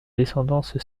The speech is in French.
descendance